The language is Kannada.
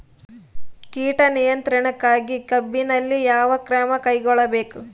ಕೇಟ ನಿಯಂತ್ರಣಕ್ಕಾಗಿ ಕಬ್ಬಿನಲ್ಲಿ ಯಾವ ಕ್ರಮ ಕೈಗೊಳ್ಳಬೇಕು?